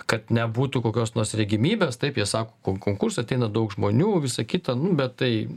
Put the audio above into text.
kad nebūtų kokios nors regimybės taip jie sako ko konkursą ateina daug žmonių visa kita bet tai